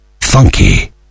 Funky